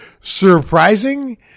Surprising